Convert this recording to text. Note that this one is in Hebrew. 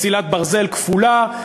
מסילת ברזל כפולה,